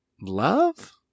love